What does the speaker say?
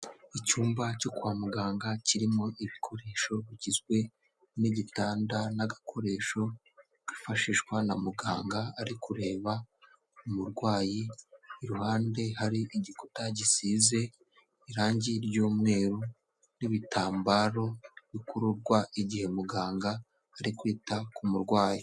Icyumba cyo kwa muganga kirimo ibikoresho bigizwe n'igitanda n'agakoresho afashishwa na muganga ari kureba umurwayi, iruhande hari igikuta gisize irangi ry'umweru n'ibitambaro bikururwa igihe muganga ari kwita ku murwayi.